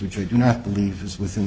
which i do not believe is within